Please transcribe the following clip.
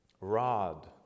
rod